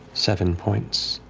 seven points,